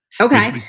Okay